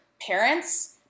parents